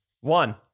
One